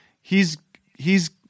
he's—he's